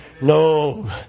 No